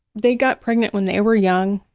they got pregnant when they were young,